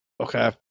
Okay